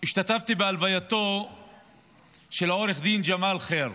השתתפתי בהלווייתו של עו"ד ג'מאל חיר,